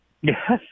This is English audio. Yes